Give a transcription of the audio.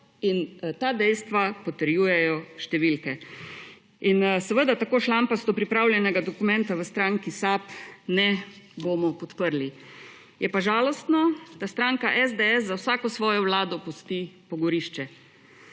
in ta dejstva potrjujejo številke. Seveda tako šlampasto pripravljenega dokumenta v stranki SAB ne bomo podprli. Je pa žalostno, da stranka SDS za vsako svojo vlado pusti pogorišče.